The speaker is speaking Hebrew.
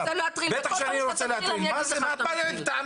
אתה תגיד שאתה רוצה להטריל וכל פעם שאתה תטריל אני אגיד לך שאתה מטריל.